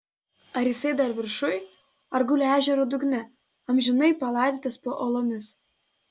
ar jisai dar viršuj ar guli ežero dugne amžinai palaidotas po uolomis